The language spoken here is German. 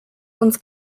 uns